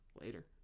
later